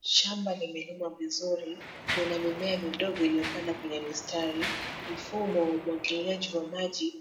Shamba limelimwa vizuri, lina mimea midogo iliyopandwa kwenye mistari. Mfumo wa umwagiliaji wa maji